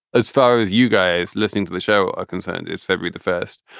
as far as you guys listening to the show are concerned, it's february the first,